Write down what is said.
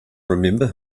remember